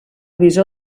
bisó